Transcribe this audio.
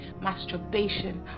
masturbation